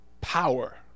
power